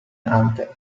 hunter